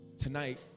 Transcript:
Tonight